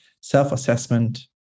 self-assessment